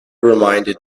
reminded